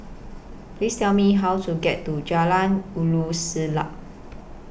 Please Tell Me How to get to Jalan Ulu Siglap